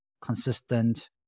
consistent